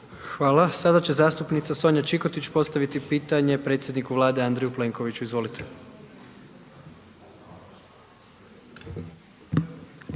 Hvala. Sada će zastupnica Sonja Čikotić postaviti pitanje predsjedniku Vlade Andreju Plenkoviću, izvolite.